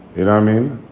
it i mean,